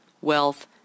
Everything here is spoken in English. wealth